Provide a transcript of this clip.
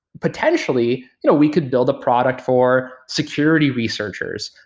potentially you know we could build a product for security researchers,